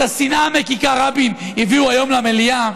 ואת השנאה מכיכר רבין הביאו היום למליאה.